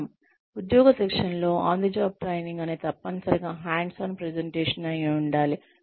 స్థానం ఉద్యోగ శిక్షణలో ఆన్ ద జాబ్ ట్రైనింగ్ అనేది తప్పనిసరిగా హాండ్స్ ఆన్ ప్రెజెంటేషన్ అయి ఉండాలి